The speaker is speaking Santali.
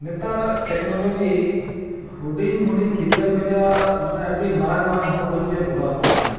ᱱᱮᱛᱟᱨ ᱴᱮᱠᱱᱳᱞᱚᱡᱤ ᱦᱩᱰᱤᱧ ᱦᱩᱰᱤᱧ ᱜᱤᱫᱽᱨᱟᱹ ᱠᱷᱚᱱᱟᱜ ᱢᱟᱱᱮ ᱟᱹᱰᱤ ᱢᱟᱨᱟᱝ ᱢᱟᱨᱟᱝ ᱦᱚᱲ ᱫᱷᱟᱹᱵᱤᱡ ᱮ ᱜᱚᱲᱚ ᱟᱠᱚ ᱠᱟᱱᱟᱭ